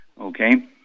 okay